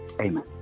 amen